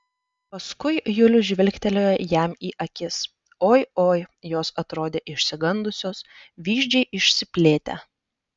paskui julius žvilgtelėjo jam į akis oi oi jos atrodė išsigandusios vyzdžiai išsiplėtę